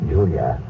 Julia